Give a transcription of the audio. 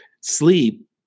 Sleep